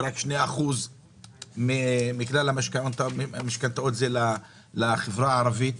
ורק 2% מכלל המשכנתאות הן לחברה הערבית.